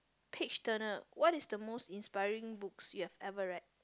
page turner what is the most inspiring books you have ever read